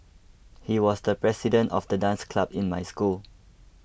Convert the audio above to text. he was the president of the dance club in my school